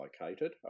located